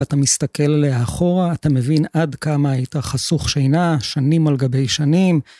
אתה מסתכל אחורה, אתה מבין עד כמה היית חסוך שינה, שנים על גבי שנים.